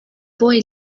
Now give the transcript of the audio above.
boy